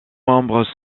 membres